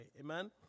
amen